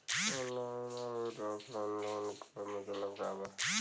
Online अउर offline loan क मतलब का बा?